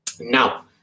now